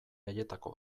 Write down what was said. haietako